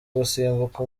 gusimbuka